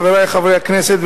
חברי חברי הכנסת,